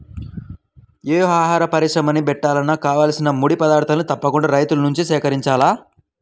యే ఆహార పరిశ్రమని బెట్టాలన్నా కావాల్సిన ముడి పదార్థాల్ని తప్పకుండా రైతుల నుంచే సేకరించాల